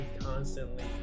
constantly